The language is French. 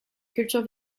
cultures